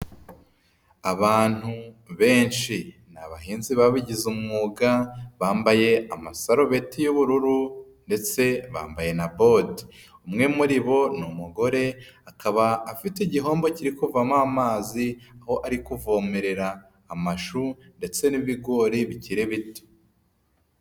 Abantu benshi ni abahinzi babigize umwuga, bambaye amasarubeti y'ubururu ndetse bambaye na bote. Umwe muri bo ni umugore, akaba afite igihombo kiri ku kuvamo amazi, aho ari kuvomerera amashu ndetse n'ibigori bikiri bito.